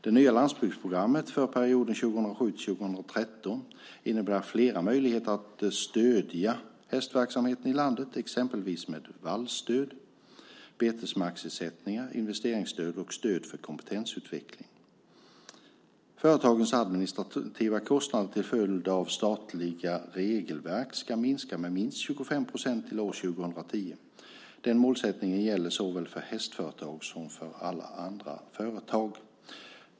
Det nya landsbygdsprogrammet för perioden 2007-2013 innebär flera möjligheter att stödja hästverksamheten i landet, exempelvis med vallstöd, betesmarksersättningar, investeringsstöd och stöd för kompetensutveckling. Företagens administrativa kostnader till följd av statliga regelverk ska minska med minst 25 % till år 2010. Den målsättningen gäller såväl för hästföretag som för alla andra företag.